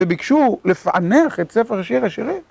וביקשו לפענך את ספר שיר השירים.